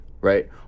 right